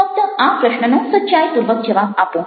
ફક્ત આ પ્રશ્નનો સચ્ચાઈપૂર્વક જવાબ આપો